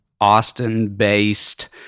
Austin-based